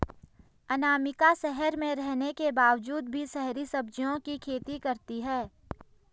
अनामिका शहर में रहने के बावजूद भी शहरी सब्जियों की खेती करती है